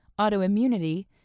autoimmunity